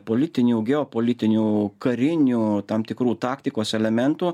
politinių geopolitinių karinių tam tikrų taktikos elementų